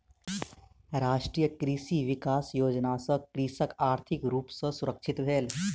राष्ट्रीय कृषि विकास योजना सॅ कृषक आर्थिक रूप सॅ सुरक्षित भेल